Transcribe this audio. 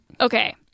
Okay